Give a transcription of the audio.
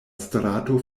strato